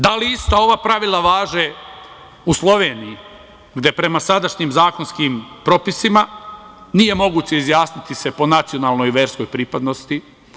Da li ista ova pravila važe u Sloveniji, gde prema sadašnjim zakonskim propisima nije moguće izjasniti se po nacionalnoj i verskoj pripadnosti?